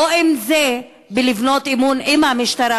ואם זה בלבנות אמון עם המשטרה,